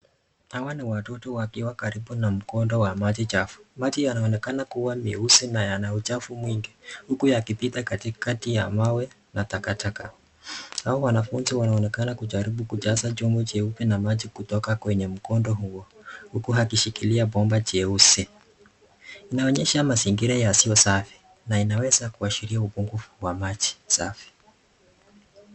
Hawa ni watoto wakiwa karibu na mkondo wa maji chafu. Maji yanaonekana kuwa meusi na yana uchafu mwingi. Huku yakipita katikati ya mawe na takataka . Hawa wanafunzi wanaonekana kujaribu kujaza chungu cheupe na maji kutoka kwenye mkondo huo, huko wakishikilia bomba cheusi. Inaonekana mazingira yasio safi. Na inaweza kuashiria upunguvu wa maji safi.